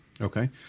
Okay